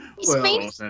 Spain